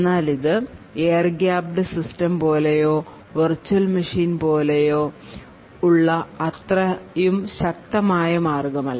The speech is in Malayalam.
എന്നാലിത് എയർ ഗ്യാപ്പ്ഡ് സിസ്റ്റം പോലെയോ വെർച്വൽ മെഷിൻ പോലെയോ ഉള്ള അത്രയും ശക്തമായ മാർഗം അല്ല